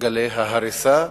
גלי ההריסה.